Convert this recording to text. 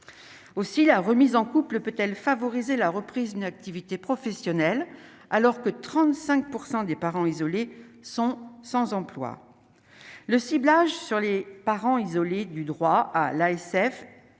aussi la remise en couple peut-elle favoriser la reprise d'une activité professionnelle, alors que 35 % des parents isolés sont sans emploi,